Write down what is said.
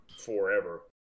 forever